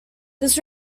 this